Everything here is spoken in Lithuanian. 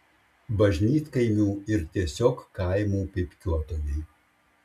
bažnytkaimių ir tiesiog kaimų pypkiuotojai